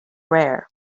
rare